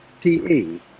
TE